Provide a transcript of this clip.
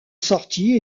sortie